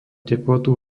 teplotu